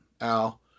Al